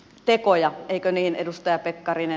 tekoja eikö niin edustaja pekkarinen